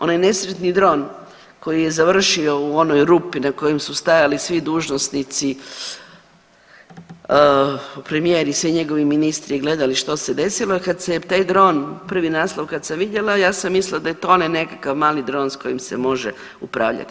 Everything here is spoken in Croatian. Onaj nesretni dron koji je završio u onoj rupi na kojoj su stajali svi dužnosnici, premijer i svi njegovi ministri i gledali što se desilo, kad se taj dron, prvi naslov kad sam vidjela ja sam mislila da je to onaj nekakav mali dron sa kojim se može upravljati.